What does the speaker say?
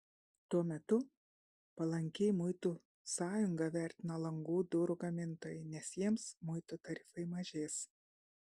tuo metu palankiai muitų sąjungą vertina langų durų gamintojai nes jiems muitų tarifai mažės